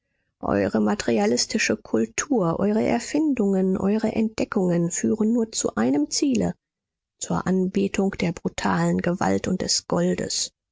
eure materialistische kultur eure erfindungen eure entdeckungen führen nur zu einem ziele zur anbetung der brutalen gewalt und des goldes